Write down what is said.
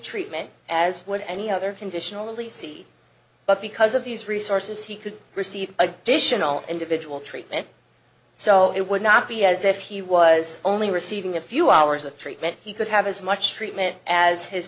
treatment as would any other conditional elisi but because of these resources he could receive additional individual treatment so it would not be as if he was only receiving a few hours of treatment he could have as much treatment as his